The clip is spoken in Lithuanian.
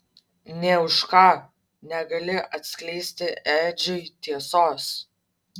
nė už ką negali atskleisti edžiui tiesos